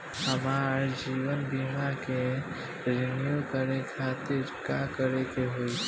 हमार जीवन बीमा के रिन्यू करे खातिर का करे के होई?